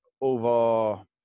over